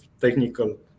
technical